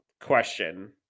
question